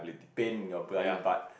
pain in your bloody butt